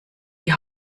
die